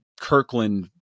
Kirkland